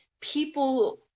people